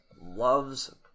loves